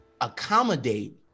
accommodate